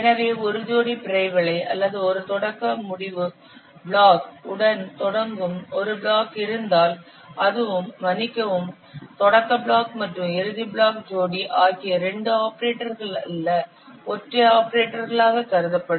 எனவே ஒரு ஜோடி பிறை வளை அல்லது ஒரு தொடக்க முடிவுத் பிளாக் உடன் தொடங்கும் ஒரு பிளாக் இருந்தால் அதுவும் மன்னிக்கவும் தொடக்கத் பிளாக் மற்றும் இறுதி பிளாக் ஜோடி ஆகியவை இரண்டு ஆபரேட்டர்கள் அல்ல ஒற்றை ஆபரேட்டர்களாக கருதப்படும்